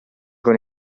con